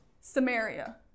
Samaria